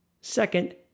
Second